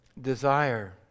desire